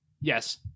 Yes